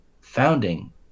founding